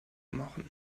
machen